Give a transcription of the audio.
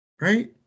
right